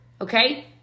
okay